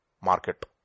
market